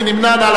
מי נמנע?